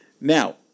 Now